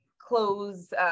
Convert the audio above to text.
close